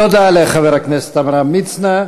תודה לחבר הכנסת עמרם מצנע.